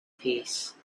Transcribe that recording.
peace